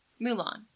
Mulan